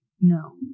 no